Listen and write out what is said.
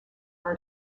are